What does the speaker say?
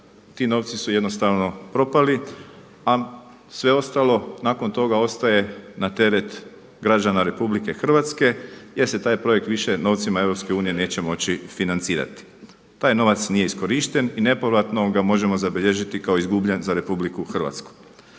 ti novci su jednostavno propali a sve ostalo nakon toga ostaje na teret građana RH jer se taj projekt više novcima EU neće moći financirati. Taj novac nije iskorišten i nepovratno ga možemo zabilježiti kao izgubljen za RH.